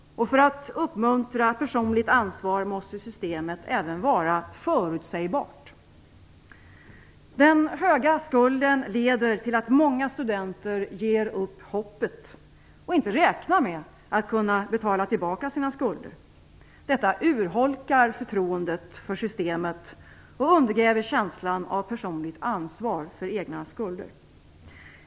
För att uppmuntra personligt ansvar måste systemet även vara förutsägbart. Den höga skulden leder till att många studenter ger upp hoppet och inte räknar med att kunna betala tillbaka sina skulder. Detta urholkar förtroendet för systemet och undergräver känslan av personligt ansvar för egna skulder.